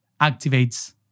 activates